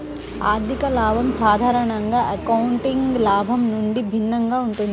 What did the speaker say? ఆర్థిక లాభం సాధారణంగా అకౌంటింగ్ లాభం నుండి భిన్నంగా ఉంటుంది